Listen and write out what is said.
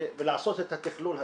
ולעשות את התכלול הזה.